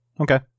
Okay